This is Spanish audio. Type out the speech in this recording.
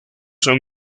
son